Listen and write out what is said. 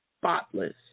spotless